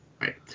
Right